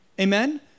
Amen